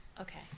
Okay